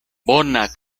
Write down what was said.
bona